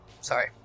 Sorry